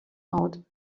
out